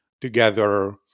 together